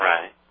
Right